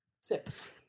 Six